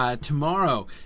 Tomorrow